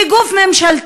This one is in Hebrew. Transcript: שהיא גוף ממשלתי,